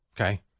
Okay